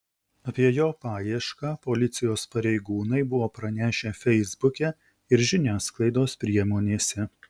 apie jo paiešką policijos pareigūnai buvo pranešę feisbuke ir žiniasklaidos priemonėse